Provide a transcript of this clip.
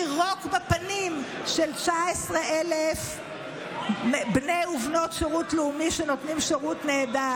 לירוק בפנים של 19,000 בני ובנות שירות לאומי שנותנים שירות נהדר?